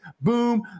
boom